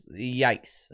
yikes